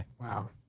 Wow